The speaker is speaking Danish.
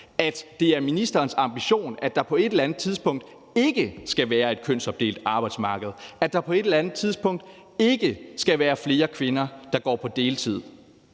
det er ministerens ambition, at der på et eller andet tidspunkt ikke skal være et kønsopdelt arbejdsmarked, og at der på et eller andet tidspunkt ikke skal være flere kvinder, der går på deltid.